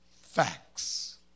Facts